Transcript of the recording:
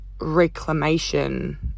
reclamation